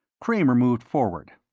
kramer moved forward.